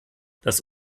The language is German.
das